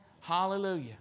Hallelujah